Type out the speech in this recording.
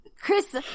chris